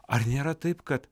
ar nėra taip kad